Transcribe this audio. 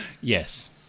Yes